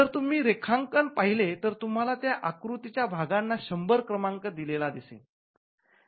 जर तुम्ही रेखांकन पहिले तर तुम्हाला त्या आकृतीच्या भागांना असा १०० क्रमांक दिलेला दिसेल